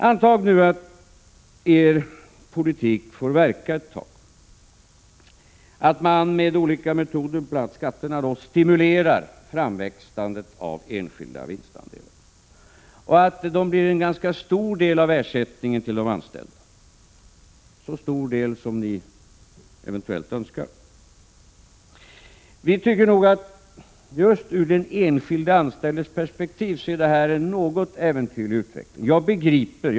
Antag nu att er politik får verka ett tag och att man med olika metoder, bl.a. skatterna, stimulerar framväxandet av enskilda vinstandelar, och att de blir en ganska stor del av ersättningen till de anställda — så stor del som ni eventuellt önskar. Vi tycker nog att det ur den enskilde anställdes perspektiv är en något äventyrlig utveckling.